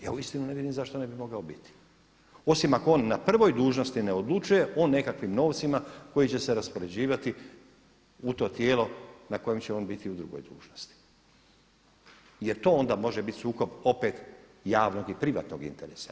Ja uistinu ne vidim zašto ne bi mogao biti, osim ako on na prvoj dužnosti ne odlučuje o nekakvim novcima koji će se raspoređivati u to tijelo na kojem će on biti u drugoj dužnosti jer to onda može biti sukob opet javnog i privatnog interesa.